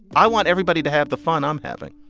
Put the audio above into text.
i want everybody to have the fun i'm having